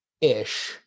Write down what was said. ish